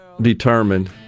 determined